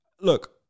look